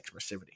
expressivity